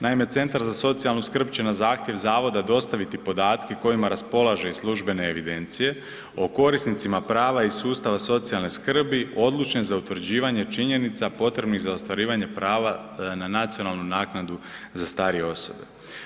Naime, centar za socijalnu skrb će na zahtjev zavoda dostaviti podatke kojima raspolaže iz službene evidencije o korisnicima prava iz sustava socijalne skrbi odlučne za utvrđivanje činjenica potrebnih za ostvarivanje prava na nacionalnu naknadu za starije osobe.